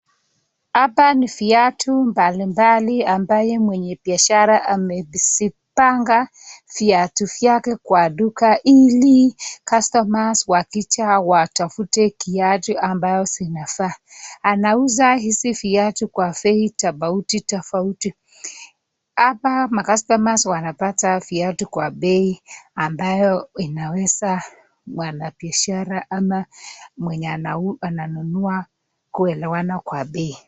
Hapa ni viatu mbalimbali ambaye mwenye biashara amezipanga viatu vyake kwa duka ili customers wakija awatafute kiatu ambayo zinafaa, anauza hizi viatu kwa bei tofauti tofauti. Hapa macustomers wanapata viatu kwa bei ambayo inaweza wanabiashara ama mwenye ananunua kuelewana kwa bei.